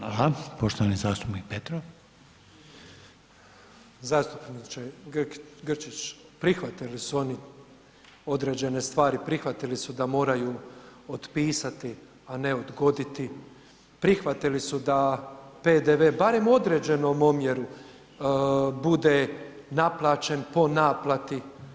Zastupniče Grčić, prihvatili su oni određene stvari, prihvatili su da moraju otpisati, a ne odgoditi, prihvatili su da PDV barem u određenom omjeru bude naplaćen po naplati.